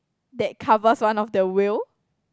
that covers one of the wheel